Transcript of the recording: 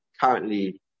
currently